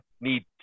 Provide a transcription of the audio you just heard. need